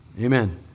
Amen